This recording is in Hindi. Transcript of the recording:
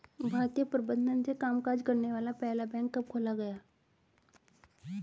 भारतीय प्रबंधन से कामकाज करने वाला पहला बैंक कब खोला गया?